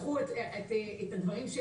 קחו את הדברים של